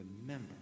remember